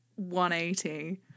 180